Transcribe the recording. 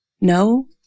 No